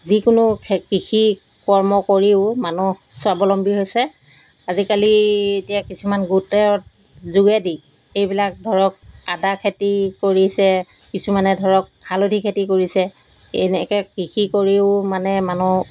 যিকোনো কৃষি কৰ্ম কৰিও মানুহ স্বাৱলম্বী হৈছে আজিকালি এতিয়া কিছুমান গুৰুত্ব যোগেদি এইবিলাক ধৰক আদা খেতি কৰিছে কিছুমানে ধৰক হালধি খেতি কৰিছে এনেকৈ কৃষি কৰিও মানে মানুহ